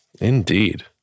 Indeed